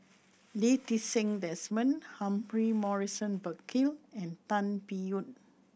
Lee Ti Seng Desmond Humphrey Morrison Burkill and Tan Biyun